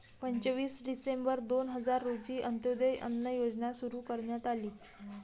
पंचवीस डिसेंबर दोन हजार रोजी अंत्योदय अन्न योजना सुरू करण्यात आली